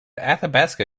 athabasca